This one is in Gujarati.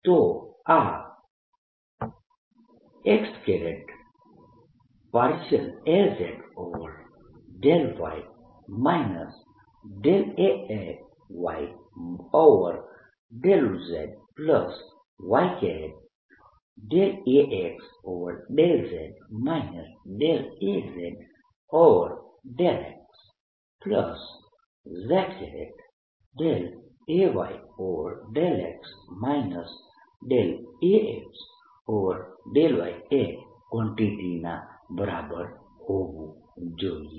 તો આ x Az∂y Ay∂z y Ax∂z Az∂x z Ay∂x Ax∂y એ આ કવાન્ટીટીના બરાબર હોવું જોઈએ